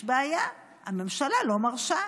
יש בעיה, הממשלה לא מרשה.